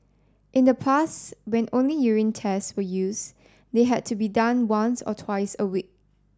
in the past when only urine tests were used they had to be done once or twice a week